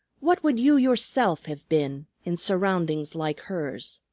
what would you yourself have been in surroundings like hers?